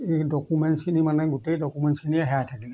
এই ডকুমেণ্টছখিনি মানে গোটেই ডকুমেণ্টছখিনিয়ে হেৰাই থাকিলে